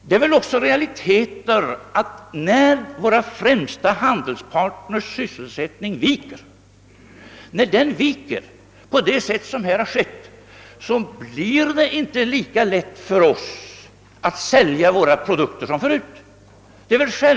Det är väl också realiteter att det när våra främsta handelspartners sysselsättning viker på detta sätt inte blir lika lätt för oss att sälja våra produkter som förut.